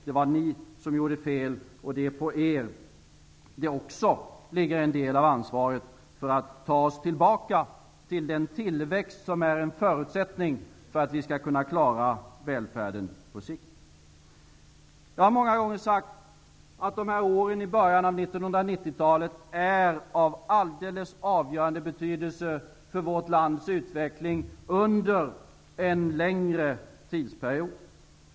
Det var ni som gjorde fel, och det är på er som också en del av ansvaret ligger för att ta oss tillbaka till den tillväxt som är en förutsättning för att vi skall kunna klara välfärden på sikt. Jag har många gånger sagt att åren i början av 1990 talet är av helt avgörande betydelse för vårt lands utveckling under en längre tidsperiod.